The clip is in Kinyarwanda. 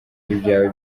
ibyawe